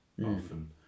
often